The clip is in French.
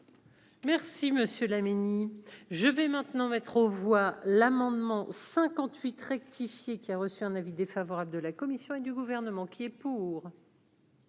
monsieur Laménie je vais maintenant mettre aux voix l'amendement 58 rectifié, qui a reçu un avis défavorable de la Commission et du gouvernement qui est pour.